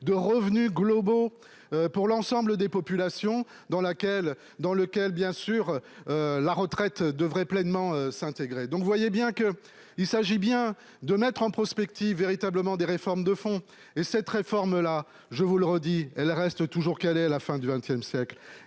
de revenus globaux pour l'ensemble des populations dans laquelle dans lequel, bien sûr. La retraite devrait pleinement s'intégrer. Donc vous voyez bien que. Il s'agit bien de mettre en prospectives véritablement des réformes de fond. Et cette réforme là, je vous le redis, elle reste toujours Calais à la fin du XXe siècle.